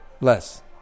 Less